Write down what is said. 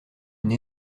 une